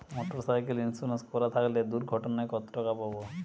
Motorcycle insurance করা থাকলে দুঃঘটনায় কতটাকা পাব?